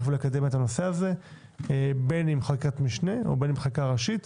לקדם את הנושא בין אם בחקיקת משנה ובין אם בחקיקה ראשית.